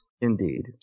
Indeed